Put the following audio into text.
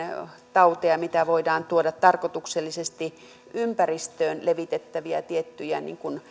tauteja voidaan tuoda tarkoituksellisesti ympäristöön levitettäviä tiettyjä